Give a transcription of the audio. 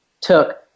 took